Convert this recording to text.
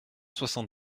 soixante